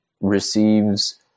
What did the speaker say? receives